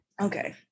Okay